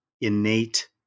innate